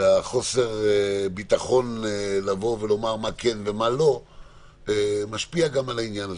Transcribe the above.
וחוסר הביטחון לבוא ולומר מה כן ומה לא משפיע גם על העניין הזה.